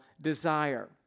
desire